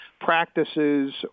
practices